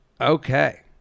okay